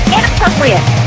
Inappropriate